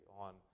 on